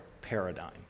paradigm